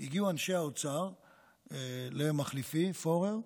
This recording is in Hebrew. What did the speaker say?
הגיעו אנשי האוצר למחליפי פורר,